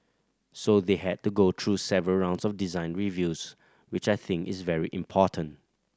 so they had to go through several rounds of design reviews which I think is very important